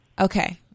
Okay